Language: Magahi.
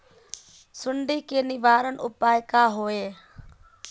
सुंडी के निवारण उपाय का होए?